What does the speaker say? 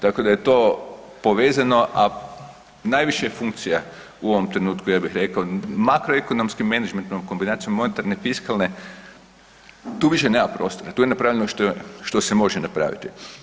Tako da je to povezano, a najviše funkcija u ovom trenutku, ja bih rekao, makroekonomski-menadžentnom kombinacijom monetarne fiskalne, tu više nema prostora, tu je napravljeno što se može napraviti.